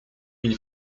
une